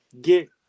get